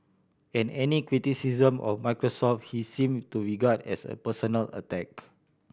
and any criticism of Microsoft he seemed to regard as a personal attack